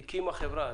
היא הקימה חברה.